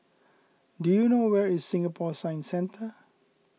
do you know where is Singapore Science Centre